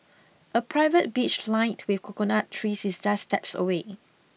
a private beach lined with coconut trees is just steps away